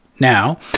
now